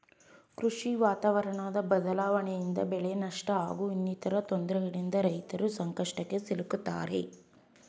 ಕೃಷಿ ವಾತಾವರಣ ಬದ್ಲಾವಣೆಯಿಂದ ಬೆಳೆನಷ್ಟ ಹಾಗೂ ಇನ್ನಿತರ ತೊಂದ್ರೆಗಳಿಂದ ರೈತರು ಸಂಕಷ್ಟಕ್ಕೆ ಸಿಲುಕ್ತಾರೆ